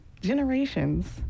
generations